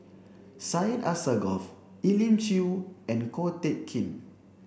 Syed Alsagoff Elim Chew and Ko Teck Kin